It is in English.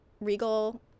regal